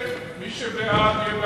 מי שבעד,